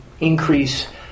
increase